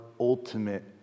ultimate